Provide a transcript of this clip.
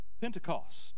pentecost